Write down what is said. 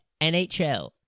NHL